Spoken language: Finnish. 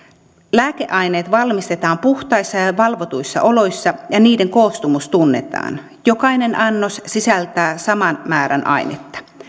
lääkeaineet valmistetaan puhtaissa ja ja valvotuissa oloissa ja niiden koostumus tunnetaan jokainen annos sisältää saman määrän ainetta